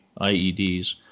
IEDs